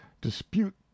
dispute